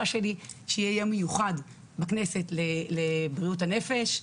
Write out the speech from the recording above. שלי שיהיה יום מיוחד בכנסת לבריאות הנפש.